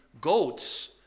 goats